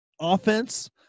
offense –